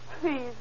please